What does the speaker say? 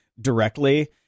directly